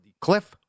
cliff